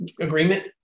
agreement